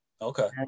Okay